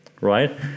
right